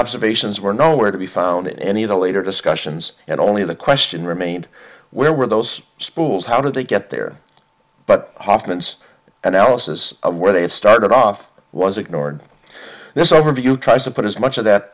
observations were nowhere to be found in any of the later discussions and only the question remained where were those spools how did they get there but hoffman's analysis where they have started off was ignored this overview tries to put as much of that